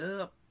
up